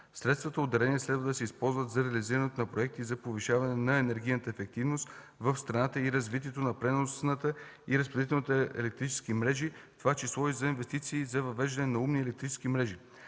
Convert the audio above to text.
Средствата от дарението следва да се използват за реализирането на проекти за повишаване на енергийната ефективност в страната и развитие на преносната и разпределителните електрически мрежи, в това число и за инвестиции за въвеждане на „умни” електрически мрежи.